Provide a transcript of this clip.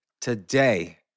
today